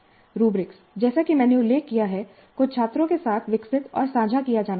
rubric जैसा कि मैंने उल्लेख किया है को छात्रों के साथ विकसित और साझा किया जाना चाहिए